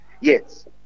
Yes